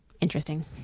interesting